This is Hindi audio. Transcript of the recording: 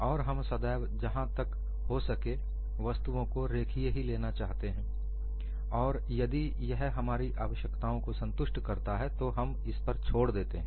और हम सदैव जहां तक हो सके वस्तुओं को रेखीय ही लेना चाहते हैं और यदि यह हमारी आवश्यकताओं को संतुष्ट करता है तो हम इस पर छोड़ देते हैं